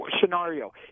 scenario